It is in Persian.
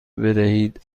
بدهید